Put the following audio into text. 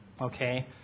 okay